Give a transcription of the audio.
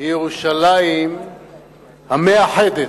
היא ירושלים המאחדת,